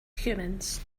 humans